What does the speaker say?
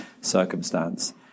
circumstance